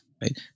Right